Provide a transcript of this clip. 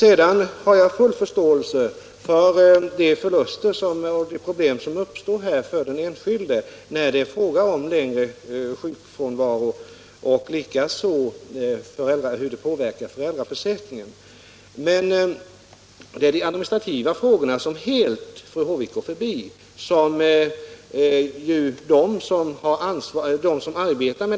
Jag har full förståelse för de förluster och problem som uppstår för den enskilde när det är fråga om längre sjukfrånvaro och likaså att föräldraförsäkringen påverkas. Men fru Håvik går helt förbi de administrativa frågorna.